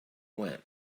went